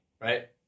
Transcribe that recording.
right